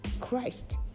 Christ